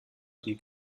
die